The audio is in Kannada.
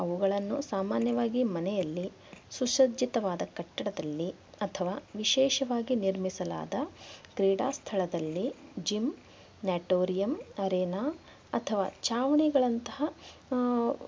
ಅವುಗಳನ್ನು ಸಾಮಾನ್ಯವಾಗಿ ಮನೆಯಲ್ಲಿ ಸುಸಜ್ಜಿತವಾದ ಕಟ್ಟಡದಲ್ಲಿ ಅಥವಾ ವಿಶೇಷವಾಗಿ ನಿರ್ಮಿಸಲಾದ ಕ್ರೀಡಾ ಸ್ಥಳದಲ್ಲಿ ಜಿಮ್ನೆಟೋರಿಯಂ ಅರೇನಾ ಅಥವ ಛಾವಣಿಗಳಂತಹ